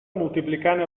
multiplicant